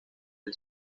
del